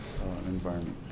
environment